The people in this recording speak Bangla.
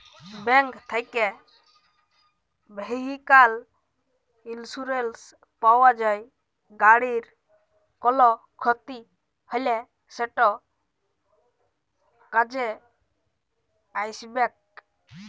ব্যাংক থ্যাকে ভেহিক্যাল ইলসুরেলস পাউয়া যায়, গাড়ির কল খ্যতি হ্যলে সেট কাজে আইসবেক